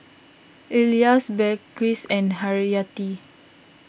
Elyas Balqis and Haryati